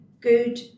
good